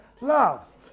loves